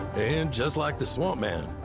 and just like the swamp man,